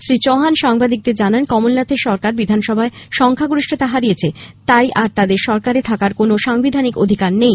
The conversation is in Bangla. শ্রী চৌহান সংবাদিকদের জানান কমলনাথের সরকার বিধানসভায় সংখ্যাগরিষ্ঠতা হরিয়েছে তাই আর তাদের সরকারে থাকার কোনো সাংবিধানিক অধিকার নেই